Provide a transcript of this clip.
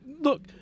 look –